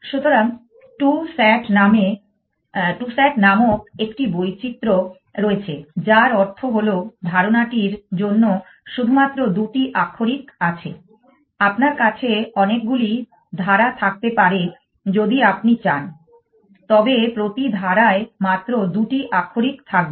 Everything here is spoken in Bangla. সুতরাং two SAT নামক একটি বৈচিত্র রয়েছে যার অর্থ হল ধারাটির জন্য শুধুমাত্র দুটি আক্ষরিক আছে আপনার কাছে অনেকগুলি ধারা থাকতে পারে যদি আপনি চান তবে প্রতি ধারায় মাত্র দুটি আক্ষরিক থাকবে